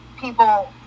people